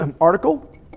article